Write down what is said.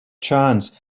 chance